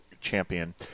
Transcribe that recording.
Champion